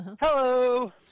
Hello